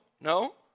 no